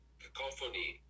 cacophony